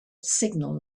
signal